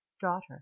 daughter